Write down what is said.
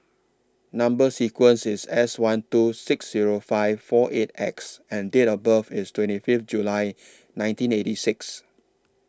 Number sequence IS S one two six Zero five four eight X and Date of birth IS twenty Fifth July nineteen eighty six